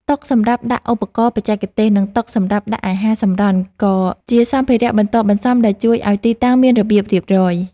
តុសម្រាប់ដាក់ឧបករណ៍បច្ចេកទេស និងតុសម្រាប់ដាក់អាហារសម្រន់ ក៏ជាសម្ភារៈបន្ទាប់បន្សំដែលជួយឱ្យទីតាំងមានរបៀបរៀបរយ។